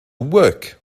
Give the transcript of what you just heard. work